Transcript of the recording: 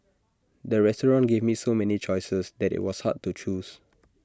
the restaurant gave me so many choices that IT was hard to choose